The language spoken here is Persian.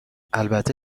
البته